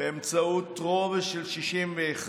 באמצעות רוב של 61,